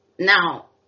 Now